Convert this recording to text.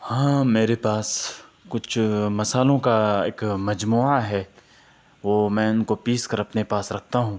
ہاں میرے پاس کچھ مصالحوں کا ایک مجموعہ ہے وہ میں ان کو پیس کر اپنے پاس رکھتا ہوں